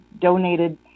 donated